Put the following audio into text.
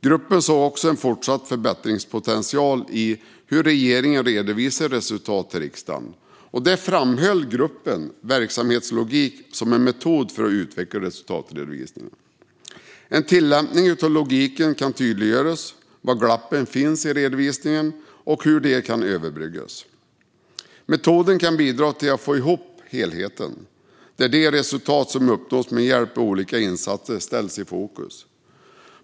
Gruppen såg också en fortsatt förbättringspotential i hur regeringen redovisar resultat till riksdagen. Där framhöll gruppen verksamhetslogik som en metod för att utveckla resultatredovisningen. Tillämpning av denna logik kan tydliggöra var glappen finns i redovisningen och hur de kan överbryggas. Metoden kan bidra till att få ihop helheten, där de resultat som uppnåtts med hjälp av olika insatser ställs i fokus.